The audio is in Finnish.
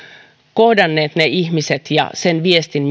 kohdanneet ne ihmiset ja sen viestin